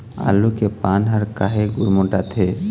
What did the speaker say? आलू के पान हर काहे गुरमुटाथे?